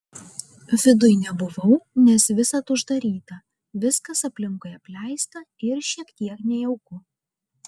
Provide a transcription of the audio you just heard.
viduj nebuvau nes visad uždaryta viskas aplinkui apleista ir šiek tiek nejauku